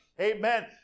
Amen